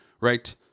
right